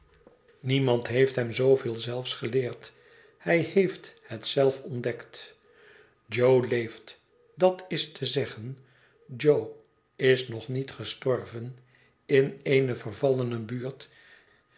niemand heeft hem zooveel zelfs geleerd hij heeft het zelf ontdekt jo leeft dat is te zeggen jo is nog niet gestorven in eene vervallene buurt